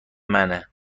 منه